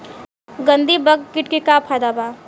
गंधी बग कीट के का फायदा बा?